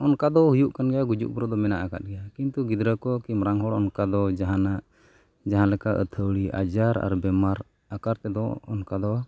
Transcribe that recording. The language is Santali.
ᱚᱱᱠᱟ ᱫᱚ ᱦᱩᱭᱩᱜ ᱠᱟᱱ ᱜᱮᱭᱟ ᱜᱩᱡᱩᱜᱼᱜᱩᱨᱩᱜ ᱫᱚ ᱢᱮᱱᱟᱜ ᱟᱠᱟᱫ ᱜᱮᱭᱟ ᱠᱤᱱᱛᱩ ᱜᱤᱫᱽᱨᱟᱹ ᱠᱚ ᱠᱤ ᱢᱟᱨᱟᱝ ᱦᱚᱲ ᱚᱱᱠᱟ ᱫᱚ ᱡᱟᱦᱟᱱᱟᱜ ᱡᱟᱦᱟᱸᱞᱮᱠᱟ ᱟᱹᱛᱷᱟᱹᱣᱲᱤ ᱟᱡᱟᱨ ᱟᱨ ᱵᱤᱢᱟᱨ ᱟᱠᱟᱨ ᱛᱮᱫᱚ ᱚᱱᱠᱟ ᱫᱚ